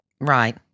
Right